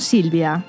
Silvia